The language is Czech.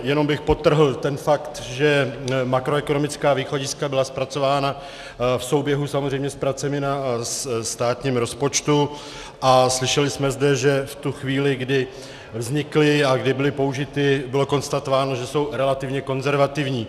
Jenom bych podtrhl ten fakt, že makroekonomická východiska byla zpracována v souběhu samozřejmě s pracemi na státním rozpočtu a slyšeli jsme zde, že v tu chvíli, kdy vznikly a kdy byly použity, bylo konstatováno, že jsou relativně konzervativní.